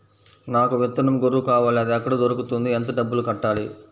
నాకు విత్తనం గొర్రు కావాలి? అది ఎక్కడ దొరుకుతుంది? ఎంత డబ్బులు కట్టాలి?